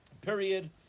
Period